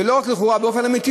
ולא רק לכאורה אלא באופן אמיתי,